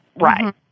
Right